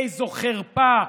איזו חרפה.